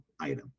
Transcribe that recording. item